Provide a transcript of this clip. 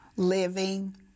living